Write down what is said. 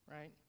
right